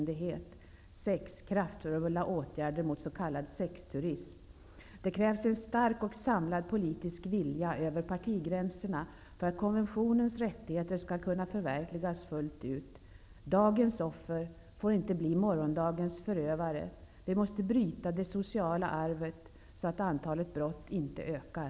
Det krävs en stark och samlad politisk vilja över partigränserna för att konventionens rättigheter skall kunna förverkligas fullt ut. Dagens offer får inte bli morgondagens förövare. Vi måste bryta det sociala arvet, så att antalet brott inte ökar.